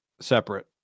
Separate